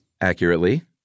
accurately